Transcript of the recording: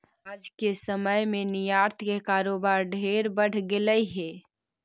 आज के समय में निर्यात के कारोबार ढेर बढ़ गेलई हे